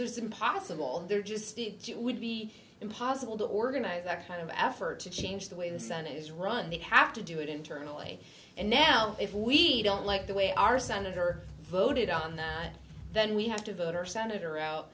and there just to do would be impossible to organize that kind of effort to change the way the senate is run they have to do it internally and now if we don't like the way our senator voted on that then we have to vote or senator out